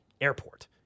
airport